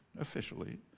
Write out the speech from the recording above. officially